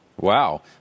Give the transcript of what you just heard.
Wow